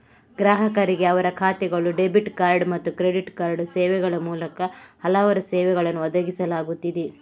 ಗ್ರಾಹಕರಿಗೆ ಅವರ ಖಾತೆಗಳು, ಡೆಬಿಟ್ ಕಾರ್ಡ್ ಮತ್ತು ಕ್ರೆಡಿಟ್ ಕಾರ್ಡ್ ಸೇವೆಗಳ ಮೂಲಕ ಹಲವಾರು ಸೇವೆಗಳನ್ನು ಒದಗಿಸಲಾಗುತ್ತಿದೆ